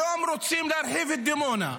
היום רוצים להרחיב את דימונה,